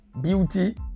beauty